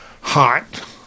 hot